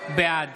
בעד